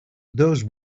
those